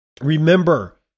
remember